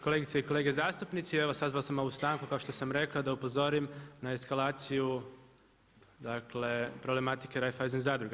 Kolegice i kolege zastupnici evo sazvao sam ovu stanku kao što sam rekao da upozorim na eskalaciju dakle problematike Raiffeisen zadruga.